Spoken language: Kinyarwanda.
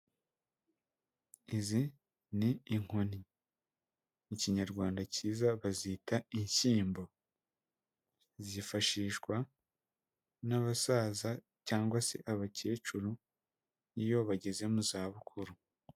Izi ni inkoni. Mu Kinyarwanda cyiza bazita inshyimbo. Zifashishwa n'abasaza cyangwa se abakecuru, iyo bageze mu zabukuru.